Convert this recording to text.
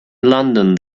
london